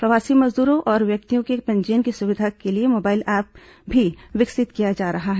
प्रवासी मजद्रों और व्यक्तियों के पंजीयन की सुविधा के लिए मोबाइल ऐप भी विकसित किया जा रहा है